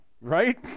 right